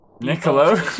Niccolo